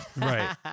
Right